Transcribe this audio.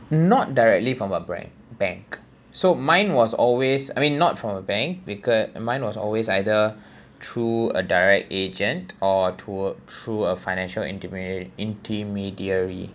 not directly from a bran~ bank so mine was always I mean not from a bank becau~ mine was always either through a direct agent or tour~ through a financial intermediary intermediary